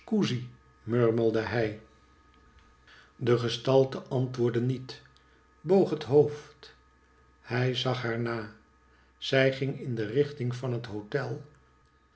murmelde hij de gestalte antwoordde niet boog het hoofd hij zag haar na zij ging in de richting van het hotel